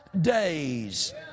days